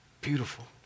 Beautiful